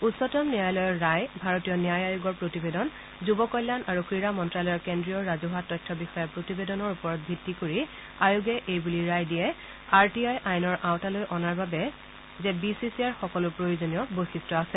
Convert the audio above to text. উচ্চতম ন্যায়ালয়ৰ ৰায় ভাৰতীয় ন্যায় আয়োগৰ প্ৰতিবেদন যুৱ কল্যাণ আৰু ক্ৰীড়া মন্ত্যালয়ৰ কেন্দ্ৰীয় ৰাজহুৱা তথ্য বিষয়াৰ প্ৰতিবেদনৰ ওপৰত ভিত্তি কৰি আয়োগে এই বুলি ৰায় দিয়ে আৰ টি আই আইনৰ আওতালৈ অনাৰ বাবে যে বি চি চি আইৰ সকলো প্ৰয়োজনীয় বৈশিষ্ট আছে